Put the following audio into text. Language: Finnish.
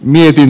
meidän